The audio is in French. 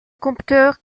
compteur